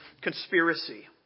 conspiracy